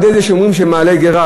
על-ידי זה שהם אומרים שהם מעלים גרה,